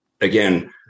again